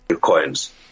coins